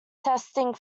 testing